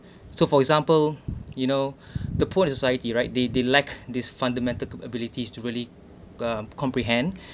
so for example you know the poor society right they they lack this fundamental abilities to really uh comprehend